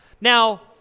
Now